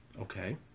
Okay